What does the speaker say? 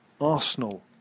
Arsenal